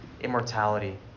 immortality